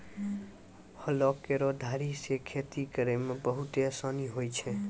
हलो केरो धारी सें खेती करै म बहुते आसानी होय छै?